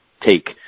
Take